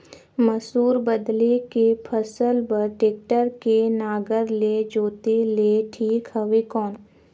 मसूर बदले के फसल बार टेक्टर के नागर ले जोते ले ठीक हवय कौन?